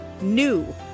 new